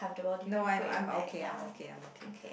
no I'm I'm okay I'm okay I'm okay